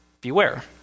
Beware